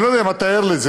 אני לא יודע אם אתה ער לזה,